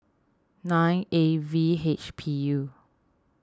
nine A V H P U